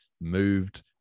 moved